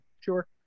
Sure